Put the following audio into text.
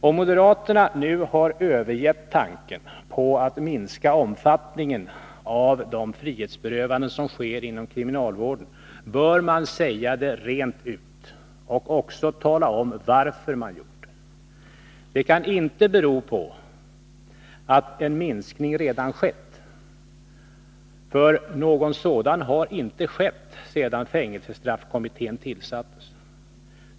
Om moderaterna nu har övergett tanken på att minska omfattningen av de frihetsberövanden som sker inom kriminalvården, bör de säga det rent ut och också tala om varför de gjort det. Det kan inte bero på att en minskning redan har skett, för någon sådan har inte skett sedan fängelsestraffkommittén tillsattes.